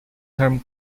term